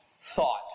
thought